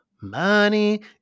money